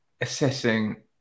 assessing